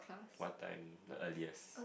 what time the earliest